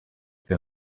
wir